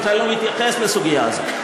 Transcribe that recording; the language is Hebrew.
הוא בכלל לא מתייחס לסוגיה הזו.